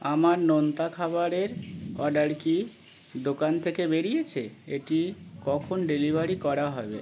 আমার নোনতা খাবারের অর্ডার কি দোকান থেকে বেরিয়েছে এটি কখন ডেলিভারি করা হবে